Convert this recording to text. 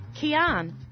Kian